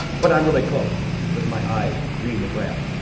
but i'm really close with my eyes reading the graph.